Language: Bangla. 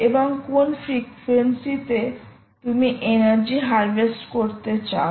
এবং কোন ফ্রিকুয়েন্সিতে তুমি এনার্জি হারভেস্ট করতে চাও